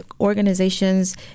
organizations